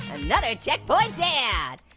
another checkpoint down.